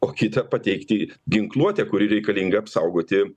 o kita pateikti ginkluotę kuri reikalinga apsaugoti